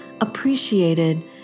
appreciated